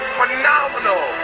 phenomenal